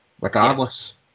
regardless